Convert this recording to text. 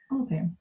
Okay